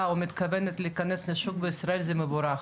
או מתכוונת להיכנס לשוק בישראל זה מבורך.